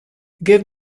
give